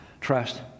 trust